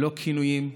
ללא כינויים,